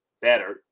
Better